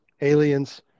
aliens